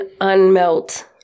unmelt